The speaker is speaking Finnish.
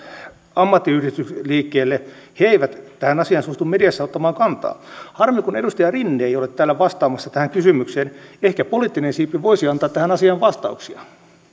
ammattiyhdistysliikkeelle he eivät tähän asiaan suostu mediassa ottamaan kantaa harmi kun edustaja rinne ei ole täällä vastaamassa tähän kysymykseen ehkä poliittinen siipi voisi antaa tähän asiaan vastauksia